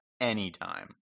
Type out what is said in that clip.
anytime